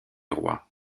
roi